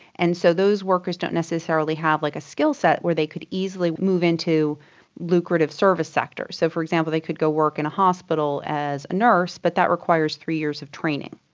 and so those workers don't necessarily have like a skill set where they could easily move into lucrative service sectors, so for example they could go work in a hospital as a nurse but that requires three years of training.